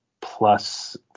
plus